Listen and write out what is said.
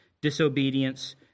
disobedience